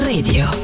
Radio